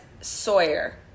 Sawyer